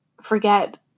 forget